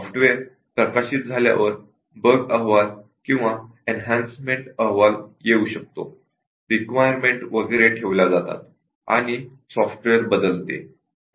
software प्रकाशीत झाल्यावर bug report किंवा एन्हान्समेंट रिपोर्ट येऊ शकतो रिक्वायरमेंट वगैरे बदलल्या जातात आणि सॉफ्टवेअर बदलते